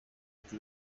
ati